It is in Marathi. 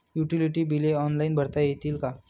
युटिलिटी बिले ऑनलाईन भरता येतील का?